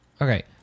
Okay